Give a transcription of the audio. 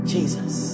Jesus